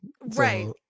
right